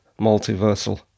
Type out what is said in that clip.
multiversal